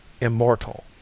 immortal